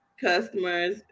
customers